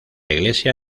iglesia